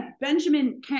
Benjamin